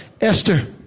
Esther